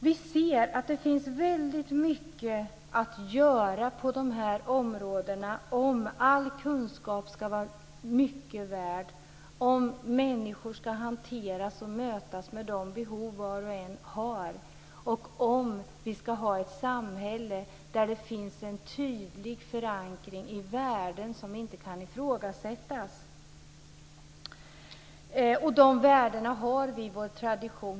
Vi ser att det finns väldigt mycket att göra på dessa områden om all kunskap ska vara lika mycket värd, om människor ska hanteras och mötas med de behov var och en har och om vi ska ha ett samhälle där det finns en tydlig förankring i värden som inte kan ifrågasättas. De värdena har vi i vår tradition.